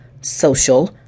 social